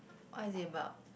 what is it about